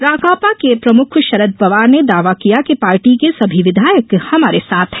राकांपा के प्रमुख शरद पवार ने दावा किया कि पार्टी के सभी विधायक हमारे साथ हैं